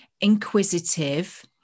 inquisitive